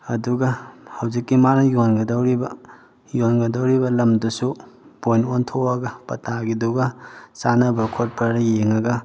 ꯑꯗꯨꯒ ꯍꯧꯖꯤꯛꯀꯤ ꯃꯥꯅ ꯌꯣꯟꯒꯗꯧꯔꯤꯕ ꯌꯣꯟꯒꯗꯧꯔꯤꯕ ꯂꯝꯗꯨꯁꯨ ꯄꯣꯏꯟ ꯑꯣꯟꯊꯣꯛꯑꯒ ꯄꯇꯥꯒꯤꯗꯨꯒ ꯆꯥꯟꯅꯕ꯭ꯔ ꯈꯣꯠꯄ꯭ꯔꯅ ꯌꯦꯡꯉꯒ